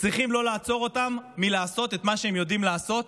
צריכים לא לעצור אותם מלעשות את מה שהם יודעים לעשות.